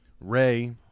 Ray